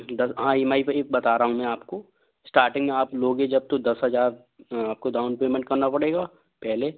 sir हाँ E M I पर ही बता रहा हूँ मैं आपको स्टार्टिंग में आप लोगे जब तो दस हज़ार आपको डाउन पेमेंट करना पड़ेगा पहले